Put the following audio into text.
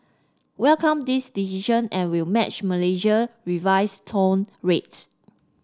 welcome this decision and will match Malaysia revised toll rates